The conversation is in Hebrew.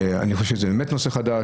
אני באמת חושב שזה נושא חדש,